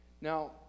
now